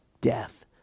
death